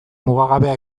mugagabea